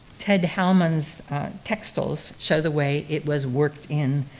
ted hallman's textiles show the way it was worked in.